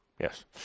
Yes